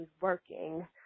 working